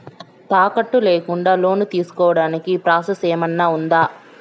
తాకట్టు లేకుండా లోను తీసుకోడానికి ప్రాసెస్ ఏమన్నా ఉందా?